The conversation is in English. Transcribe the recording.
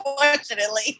Unfortunately